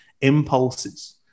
impulses